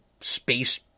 space-